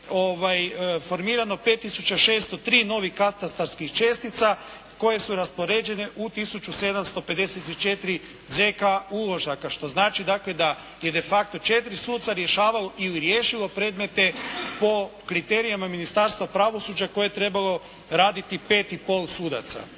formirano 5603 novih katastarskih čestica koje su raspoređene u 1754 z.k. uložaka. Što znači, dakle da je de facto 4 suca rješavalo ili riješilo predmete po kriterijima Ministarstva pravosuđa koje je trebalo raditi 5 i pol sudaca.